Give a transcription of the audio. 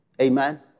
Amen